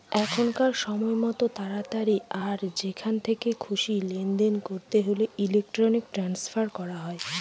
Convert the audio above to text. এখনকার সময়তো তাড়াতাড়ি আর যেখান থেকে খুশি লেনদেন করতে হলে ইলেক্ট্রনিক ট্রান্সফার করা হয়